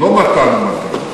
לא מתן ומתן.